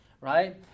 right